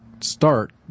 start